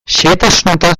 xehetasunetan